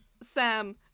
Sam